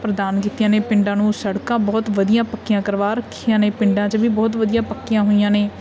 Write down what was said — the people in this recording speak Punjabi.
ਪ੍ਰਦਾਨ ਕੀਤੀਆਂ ਨੇ ਪਿੰਡਾਂ ਨੂੰ ਸੜਕਾਂ ਬਹੁਤ ਵਧੀਆ ਪੱਕੀਆਂ ਕਰਵਾ ਰੱਖੀਆਂ ਨੇ ਪਿੰਡਾਂ 'ਚ ਵੀ ਬਹੁਤ ਵਧੀਆ ਪੱਕੀਆਂ ਹੋਈਆਂ ਨੇ